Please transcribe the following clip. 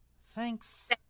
Thanks